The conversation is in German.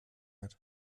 hat